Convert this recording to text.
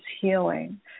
healing